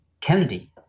Kennedy